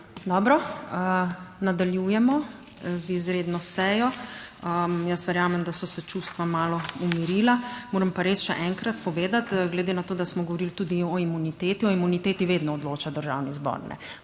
Dobro, nadaljujemo z izredno sejo. Jaz verjamem, da so se čustva malo umirila, moram pa res še enkrat povedati, glede na to, da smo govorili tudi o imuniteti, o imuniteti vedno odloča Državni zbor,